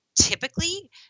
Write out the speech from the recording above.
typically